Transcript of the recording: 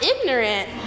ignorant